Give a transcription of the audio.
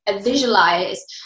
visualize